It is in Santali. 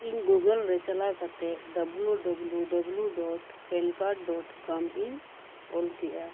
ᱤᱧ ᱜᱩᱜᱞ ᱨᱮ ᱪᱟᱞᱟᱣ ᱠᱟᱛᱮᱫ W W W dot pen card dot com ᱤᱧ ᱚᱞ ᱠᱮᱜᱼᱟ